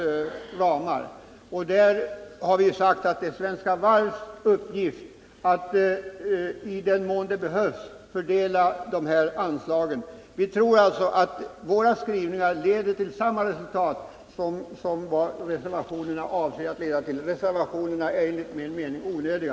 Utskottsmajoriteten har sagt att det är Svenska Varvs uppgift att i den mån det behövs fördela anslagen. Vi tror alltså att utskottsmajoritetens skrivningar leder till samma resultat som reservationerna avses leda till. Reservationerna är enligt min mening onödiga.